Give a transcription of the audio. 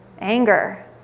anger